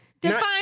Define